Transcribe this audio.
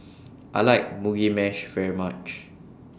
I like Mugi Meshi very much